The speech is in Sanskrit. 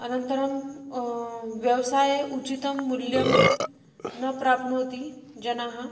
अनन्तरं व्यवसाये उचितं मूल्यं न प्राप्नोति जनः